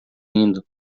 indo